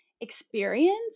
experience